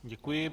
Děkuji.